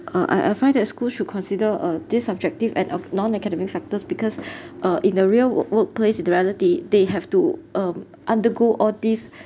uh I I find that schools should consider uh this subjective and uh non-academic factors because uh in a real work~workplace the reality they have to um undergo all these